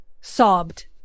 Sobbed